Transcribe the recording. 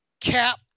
cap